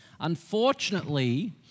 Unfortunately